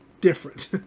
different